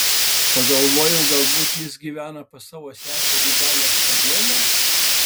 pagalvojau galbūt jis gyvena pas savo seserį dalią štarienę